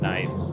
Nice